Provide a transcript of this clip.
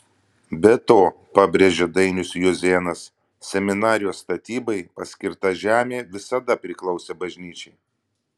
be to pabrėžė dainius juozėnas seminarijos statybai paskirta žemė visada priklausė bažnyčiai